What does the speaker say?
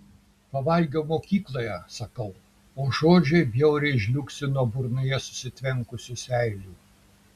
pavalgiau mokykloje sakau o žodžiai bjauriai žliugsi nuo burnoje susitvenkusių seilių